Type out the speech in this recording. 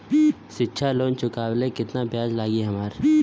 शिक्षा लोन के चुकावेला केतना ब्याज लागि हमरा?